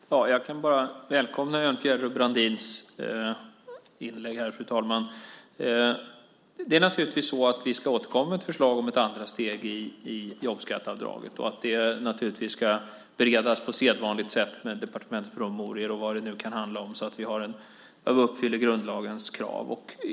Fru talman! Jag kan bara välkomna Örnfjäders och Brandins inlägg här. Vi ska återkomma med ett förslag om ett andra steg i jobbskatteavdraget, och det ska naturligtvis beredas på sedvanligt sätt med departementspromemorior och vad det nu kan handla om så att vi uppfyller grundlagens krav.